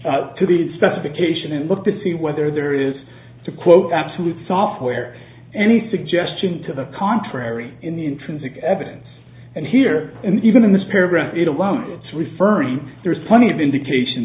to the specification and look to see whether there is to quote absolute software any suggestion to the contrary in the intrinsic evidence and here and even in this paragraph it alone it's referring there's plenty of indication